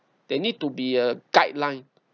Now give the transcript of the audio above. there need to be a guideline